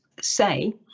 say